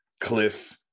Cliff